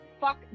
fuck